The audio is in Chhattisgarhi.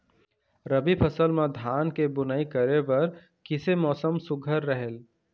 रबी फसल म धान के बुनई करे बर किसे मौसम सुघ्घर रहेल?